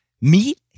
Meat